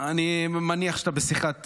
אני מניח שאתה בשיחה.